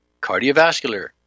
cardiovascular